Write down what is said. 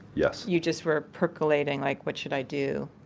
yes you just were percolating, like, what should i do?